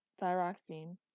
thyroxine